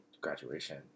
graduation